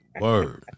Word